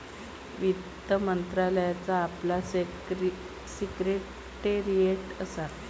वित्त मंत्रालयाचा आपला सिक्रेटेरीयेट असा